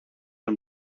een